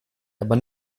aber